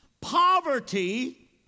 poverty